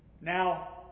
Now